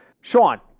Sean